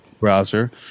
browser